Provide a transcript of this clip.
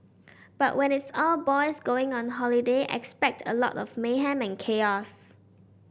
but when it's all boys going on holiday expect a lot of mayhem and